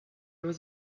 there